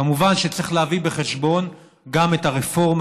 כמובן שצריך להביא בחשבון גם את הרפורמה